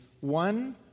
one